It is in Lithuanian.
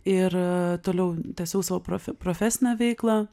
ir toliau tęsiau savo prof profesinę veiklą